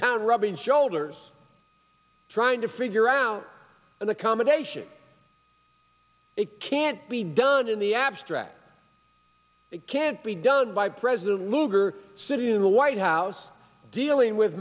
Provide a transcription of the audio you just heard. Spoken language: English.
down rubbing shoulders trying to figure out an accommodation it can't be done in the abstract it can't be done by president lugar sitting in the white house dealing with